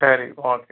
சரி ஓகே